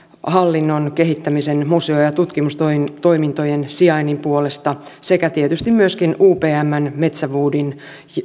hallinnon kehittämisen museo ja tutkimustoimintojen sijainnin puolesta sekä tietysti myöskin upmn metsä woodin